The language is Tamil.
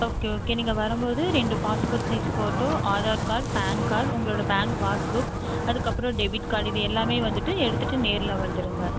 ஓகே ஓகே நீங்கள் வரும்போது ரெண்டு passport size photo Aadhaar card PAN card உங்களோட பேங்க் பாஸ்புக் அதுக்கப்புறம் டெபிட் கார்டு இதெல்லாமே எடுத்துகிட்டு நேரில் வந்துருங்க